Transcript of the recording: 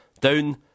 Down